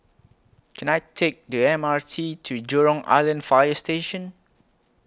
Can I Take The M R T to Jurong Island Fire Station